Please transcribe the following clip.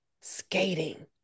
skating